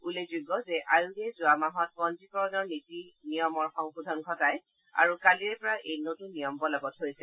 উল্লেখযোগ্য যে আয়োগে যোৱা মাহত পঞ্জীকৰণৰ নিয়ম নীতিত সংশোধন ঘটাই আৰু কালিৰে পৰা এই নতুন নিয়ম বলৱৎ হৈছে